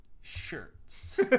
shirts